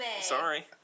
sorry